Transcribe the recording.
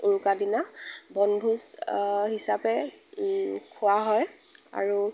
উৰুকা দিনা বনভোজ হিচাপে খোৱা হয় আৰু